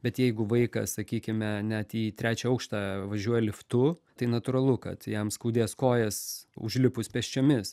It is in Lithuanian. bet jeigu vaikas sakykime net į trečią aukštą važiuoja liftu tai natūralu kad jam skaudės kojas užlipus pėsčiomis